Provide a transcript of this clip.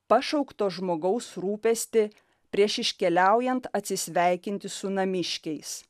pašaukto žmogaus rūpestį prieš iškeliaujant atsisveikinti su namiškiais